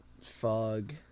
fog